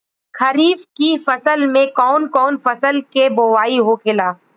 खरीफ की फसल में कौन कौन फसल के बोवाई होखेला?